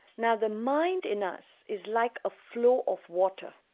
now the mind in us is like a flow of water.